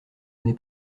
n’est